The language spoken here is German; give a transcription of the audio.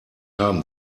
haben